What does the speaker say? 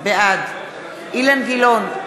בעד אילן גילאון,